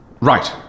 Right